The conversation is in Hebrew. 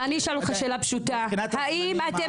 אני אשאל אותך שאלה פשוטה: האם אתם